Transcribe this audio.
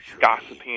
gossiping